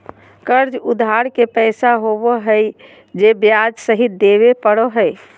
कर्ज उधार के पैसा होबो हइ जे ब्याज सहित देबे पड़ो हइ